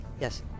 Yes